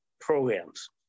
programs